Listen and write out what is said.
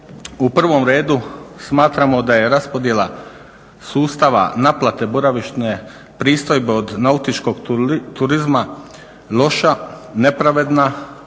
U prvom redu smatramo da je raspodjela sustava naplate boravišne pristojbe od nautičkog turizma loša, nepravedna